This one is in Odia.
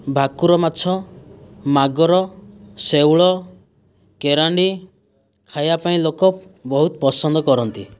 ଭାକୁର ମାଛ ମାଗୁର ଶେଉଳ କେରାଣ୍ଡି ଖାଇବା ପାଇଁ ଲୋକ ବହୁତ ପସନ୍ଦ କରନ୍ତି